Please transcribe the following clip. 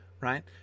right